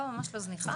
ממש לא זניחה.